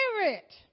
spirit